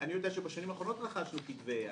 אני יודע שבשנים האחרונות רכשנו כתבי יד,